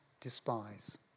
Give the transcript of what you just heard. despise